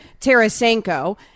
Tarasenko